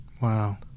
Wow